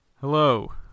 Hello